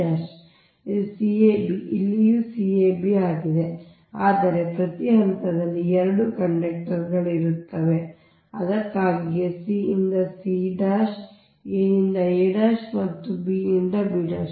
ಆದ್ದರಿಂದ ಇದು c a b ಇಲ್ಲಿಯೂ c a b ಆಗಿದೆ ಆದರೆ ಪ್ರತಿ ಹಂತದಲ್ಲಿ 2 ಕಂಡಕ್ಟರ್ಗಳು ಇರುತ್ತವೆ ಅದಕ್ಕಾಗಿಯೇ c ನಿಂದ c a ನಿಂದ a ಮತ್ತು ನಿಮ್ಮ b ನಿಂದ b